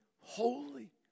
holy